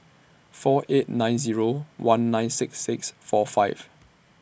four eight nine Zero one nine six six four five